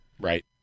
Right